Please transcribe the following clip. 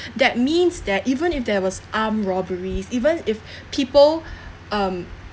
that means that even if there was armed robberies even if people um